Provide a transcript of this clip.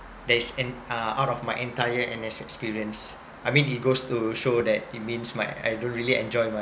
that's in uh out of my entire N_S experience I mean it goes to show that it means my I don't really enjoy my